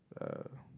uh